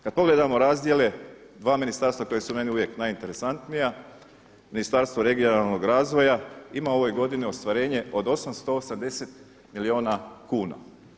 Kada pogledamo razdjele 2 ministarstva koja su meni uvijek najinteresantnija, Ministarstvo regionalnog razvoja ima u ovoj godini ostvarenje od 880 milijuna kuna.